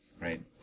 Right